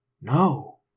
No